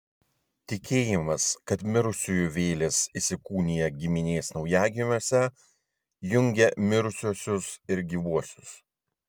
tikėjimas kad mirusiųjų vėlės įsikūnija giminės naujagimiuose jungė mirusiuosius ir gyvuosius